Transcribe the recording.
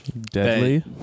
deadly